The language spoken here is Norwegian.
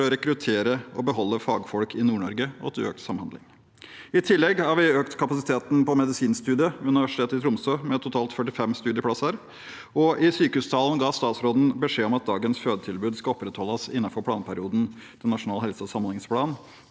for å rekruttere og beholde fagfolk i Nord-Norge og for økt samhandling. I tillegg har vi økt kapasiteten på medisinstudiet ved Universitetet i Tromsø med totalt 45 studieplasser, og i sykehustalen ga statsråden beskjed om at dagens fødetilbud skal opprettholdes innenfor planperioden i Nasjonal helseog samhandlingsplan,